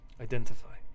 identify